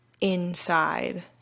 inside